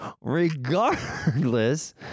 regardless